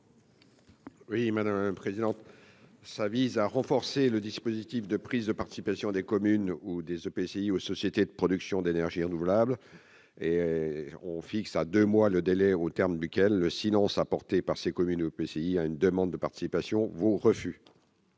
Cet amendement vise à renforcer le dispositif de prise de participation des communes ou des EPCI aux sociétés de production d'énergies renouvelables, en fixant à deux mois le délai au terme duquel le silence apporté par ces communes ou EPCI à une demande de participation vaut refus.